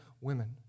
women